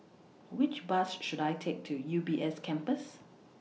Which Bus should I Take to U B S Campus